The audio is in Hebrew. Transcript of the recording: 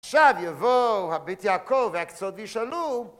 עכשיו יבוא הבית יעקב והקצות וישאלו...